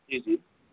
जी जी